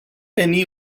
only